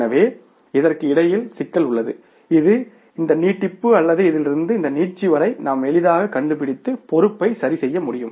எனவே எதற்கு இடையில் சிக்கல் உள்ளது இது இந்த நீட்டிப்பு அல்லது இதிலிருந்து இந்த நீட்சி வரை நாம் எளிதாக கண்டுபிடித்து பொறுப்பை சரிசெய்ய முடியும்